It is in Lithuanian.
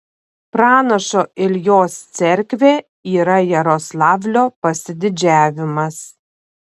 pranašo iljos cerkvė yra jaroslavlio pasididžiavimas